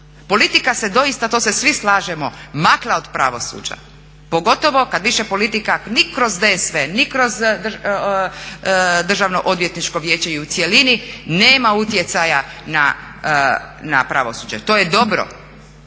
Politika se doista, to se svi slažemo, makla od pravosuđa pogotovo kad više politika ni kroz DSV ni kroz Državno odvjetničko vijeće u cjelini nema utjecaja na pravosuđe. To je dobro,